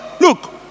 Look